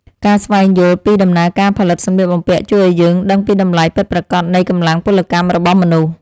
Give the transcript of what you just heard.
ការស្វែងយល់ពីដំណើរការផលិតសម្លៀកបំពាក់ ជួយឱ្យយើងដឹងពីតម្លៃពិតប្រាកដនៃកម្លាំងពលកម្មរបស់មនុស្ស។